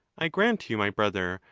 i grant you, my brother,